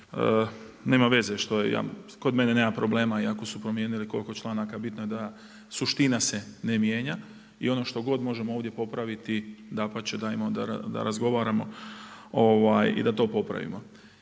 Nema veze što je, kod mene nema problema iako su promijenili koliko članaka bitno je da suština se ne mijenja i ono što god možemo ovdje popraviti dapače dajmo da razgovaramo i da to popravimo.